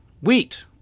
wheat